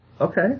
Okay